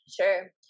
Sure